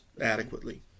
adequately